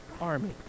army